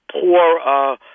poor